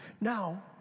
Now